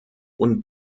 und